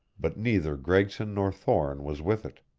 but neither gregson nor thorne was with it.